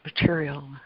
material